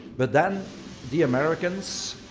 but then the americans,